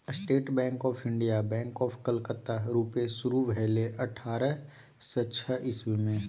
state bank of India, bank of Calcutta रुपे शुरु भेलै अठारह सय छअ इस्बी मे